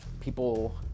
people